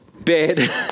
bed